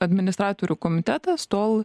administratorių komitetas tol